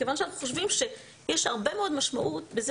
מכיוון שאנחנו חושבים שיש הרבה מאוד משמעות בזה